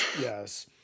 Yes